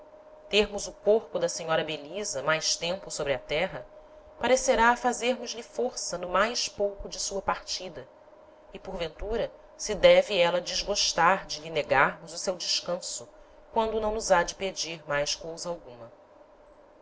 termos o corpo da senhora belisa mais tempo sobre a terra parecerá fazermos lhe força no mais pouco de sua partida e porventura se deve éla desgostar de lhe negarmos o seu descanso quando não nos hade pedir mais cousa alguma